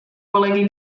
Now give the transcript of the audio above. kolegy